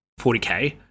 40K